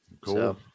Cool